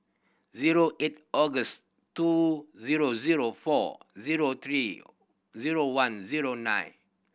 zero eight August two zero zero four zero three zero one zero nine